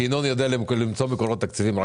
כי ינון יודע למצוא מקורות תקציביים רק בארבע עיניים.